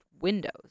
windows